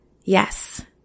Yes